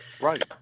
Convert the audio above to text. Right